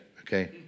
okay